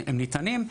הם ניתנים,